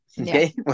Okay